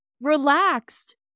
relaxed